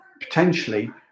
potentially